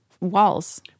walls